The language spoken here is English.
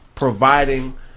providing